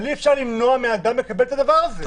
אבל אי אפשר למנוע מאדם לקבל את הדבר הזה.